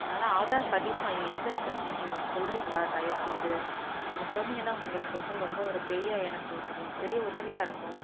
அதனால் ஆதார் பதிவு மையம் எங்கே இருக்குதுன்னு கொஞ்சம் சொல்கிறிங்களா தயவு செய்து நீங்கள் சொன்னிங்கன்னால் உங்களுக்கு வந்து ரொம்ப ஒரு பெரிய எனக்கு ஒரு ஒரு பெரிய உதவியாக இருக்கும்